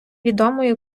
відомої